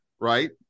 right